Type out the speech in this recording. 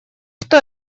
что